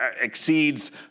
exceeds